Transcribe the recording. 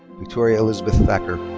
victoria elizabeth thacker.